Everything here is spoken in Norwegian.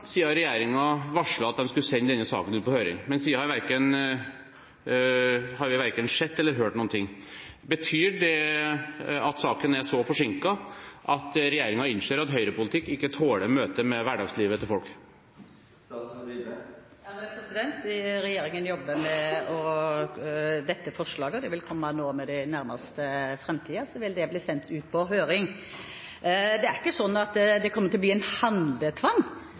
at de skulle sende denne saken ut på høring, men siden har vi verken sett eller hørt noe. Betyr det at saken er så forsinket at regjeringen innser at høyrepolitikk ikke tåler møtet med hverdagslivet til folk? Regjeringen jobber med dette forslaget, og det vil i løpet av den nærmeste framtiden bli sendt ut på høring. Det er ikke sånn at det kommer til å bli en